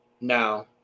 No